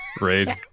Raid